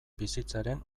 bizitzaren